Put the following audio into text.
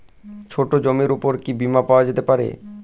ছোট জমির উপর কি বীমা পাওয়া যেতে পারে?